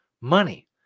money